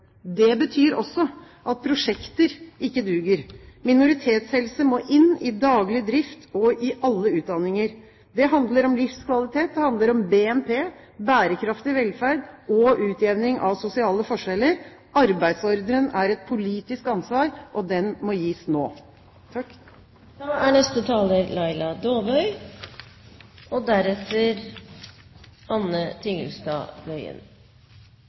Det betyr også at prosjekter ikke duger. Minoritetshelse må inn i daglig drift og i alle utdanninger. Det handler om livskvalitet, det handler om BNP, bærekraftig velferd og utjevning av sosiale forskjeller. Arbeidsordren er et politisk ansvar, og den må gis nå. Jeg må konstatere at etter denne debatten og